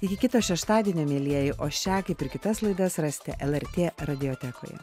iki kito šeštadienio mielieji o šią kaip ir kitas laidas rasite lrt radiotekoje